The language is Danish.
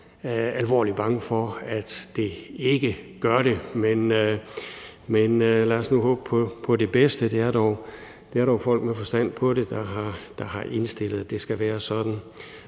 alvorligt bange for, at det ikke gør det, men lad os nu håbe på det bedste. Det er dog folk med forstand på det, der har indstillet, at det skal være sådan.